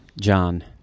John